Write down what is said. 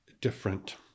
different